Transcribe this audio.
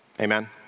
amen